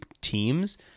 teams